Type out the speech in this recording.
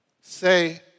Say